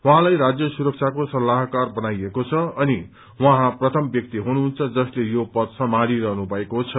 उहाँलाई राज्य सुरक्षाको सल्ताहकार बनाइएको छ अनि उहाँ प्रथम व्यक्ति हुनुहुन्छ जसले यो पद सम्हालि रहनु भएको छ